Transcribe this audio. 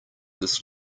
this